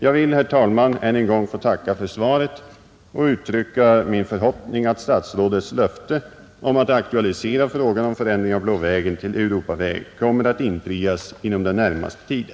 Jag vill, herr talman, än en gång tacka för svaret och uttrycka min förhoppning att statsrådets löfte om att aktualisera frågan om förändring av Blå vägen till Europaväg kommer att infrias inom den närmaste tiden,